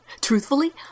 Truthfully